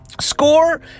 Score